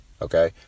okay